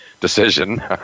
decision